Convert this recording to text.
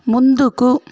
ముందుకు